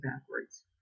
backwards